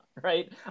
Right